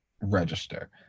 register